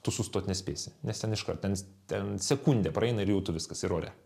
tu sustot nespėsi nes ten iškart ten ten sekundę praeina ir jau tu viskas ir ore